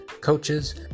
coaches